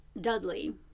Dudley